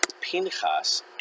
Pinchas